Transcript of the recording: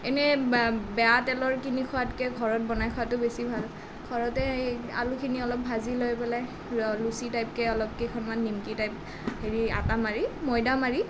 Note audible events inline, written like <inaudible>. এনেই <unintelligible> বেয়া তেলৰ কিনি খোৱাতকৈ ঘৰত বনাই খোৱাতো বেছি ভাল ঘৰতে এই আলুখিনি অলপ ভাজি লৈ পেলাই লুচি টাইপকে অলপ কেইখনমান নিমকি টাইপ হেৰি আটা মাৰি মৈদা মাৰি